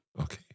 Okay